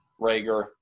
Rager